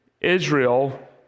Israel